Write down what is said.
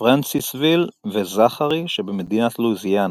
פרנציסוויל וזכארי שבמדינת לואיזיאנה.